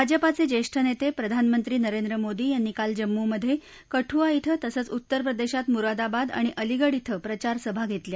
भाजपाचे ज्येष्ठ नेते प्रधानमंत्री नरेंद्र मोदी यांनी काल जम्मूमधे कठुआ इथं तसंव उत्तरप्रदेशात मुरादाबाद आणि अलिगढ इथं प्रचारसभा घेतल्या